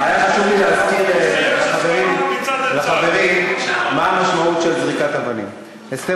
היה חשוב לי להזכיר לחברים מה המשמעות של זריקת אבנים: אסתר